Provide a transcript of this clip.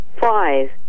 Five